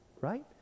right